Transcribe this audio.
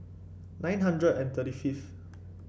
nine hundred and thirty fifth